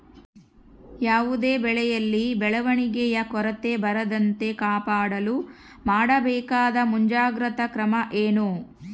ಯಾವುದೇ ಬೆಳೆಯಲ್ಲಿ ಬೆಳವಣಿಗೆಯ ಕೊರತೆ ಬರದಂತೆ ಕಾಪಾಡಲು ಮಾಡಬೇಕಾದ ಮುಂಜಾಗ್ರತಾ ಕ್ರಮ ಏನು?